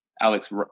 Alex